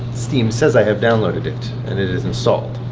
steam says i have downloaded it, and it is installed.